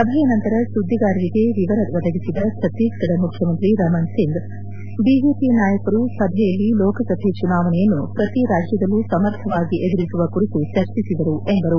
ಸಭೆಯ ನಂತರ ಸುದ್ದಿಗಾರರಿಗೆ ವಿವರ ಒದಗಿಸಿದ ಭತ್ತೀಸ್ಗಢ ಮುಖ್ಯಮಂತ್ರಿ ರಮಣ್ ಸಿಂಗ್ ಐಜೆಪಿ ನಾಯಕರು ಸಭೆಯಲ್ಲಿ ಲೋಕಸಭೆ ಚುನಾವಣೆಯನ್ನು ಪ್ರತಿ ರಾಜ್ಯದಲ್ಲೂ ಸಮರ್ಥವಾಗಿ ಎದುರಿಸುವ ಕುರಿತು ಚರ್ಜಿಸಿದರು ಎಂದರು